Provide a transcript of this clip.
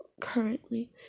currently